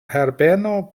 herbeno